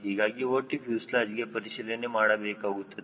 ಹೀಗಾಗಿ ಒಟ್ಟು ಫ್ಯೂಸೆಲಾಜ್ಗೆ ಪರಿಶೀಲನೆ ಮಾಡಬೇಕಾಗುತ್ತದೆ